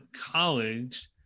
college